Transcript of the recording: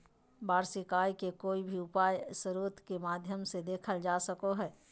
वार्षिक आय के कोय भी आय स्रोत के माध्यम से देखल जा सको हय